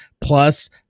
plus